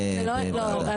אישור.